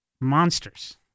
monsters